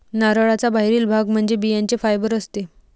नारळाचा बाहेरील भाग म्हणजे बियांचे फायबर असते